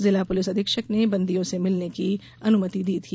जिला पुलिस अधीक्षक ने बंदियों से मिलने की अनुमति दी थी